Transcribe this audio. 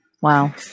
Wow